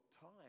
time